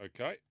Okay